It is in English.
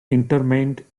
interment